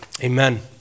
Amen